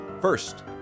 First